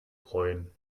freuen